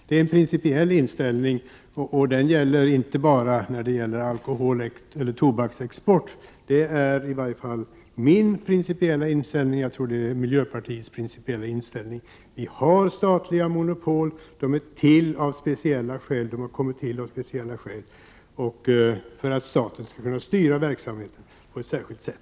Det är en principiell inställning och den gäller inte bara i fråga om alkoholeller tobaksexport. Detta är såväl min som miljöpartiets principiella inställning. Vi har statliga monopol, och de har kommit till av speciella skäl för att staten skall kunna styra verksamheten på ett särskilt sätt.